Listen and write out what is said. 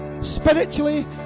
spiritually